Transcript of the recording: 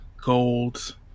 gold